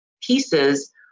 pieces